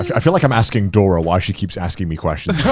i feel like i'm asking dora why she keeps asking me questions.